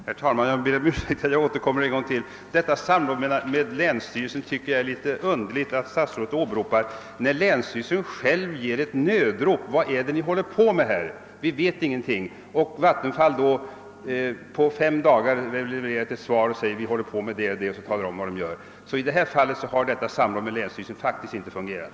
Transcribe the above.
Herr talman! Jag ber om ursäkt att jag återkommer ännu en gång. Jag tycker det är underligt att statsrådet åberopar detta samråd med länsstyrelsen, när länsstyrelsen själv ger upp ett nödrop: »Vad är det ni håller på med? Vi vet ingenting.« På fem dagar levererar sedan Vattenfall ett svar och talar om vad man gör. I detta fall har samrådet med länsstyrelsen faktiskt inte fungerat.